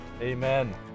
Amen